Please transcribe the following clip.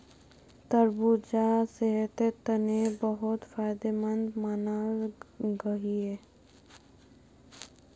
तरबूजा सेहटेर तने बहुत फायदमंद मानाल गहिये